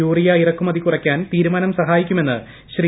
urea ഇറക്കുമതി കുറയ്ക്കാൻ തീരുമാനം സഹായിക്കുമെന്ന് ശ്രീ